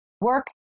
work